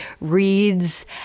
reads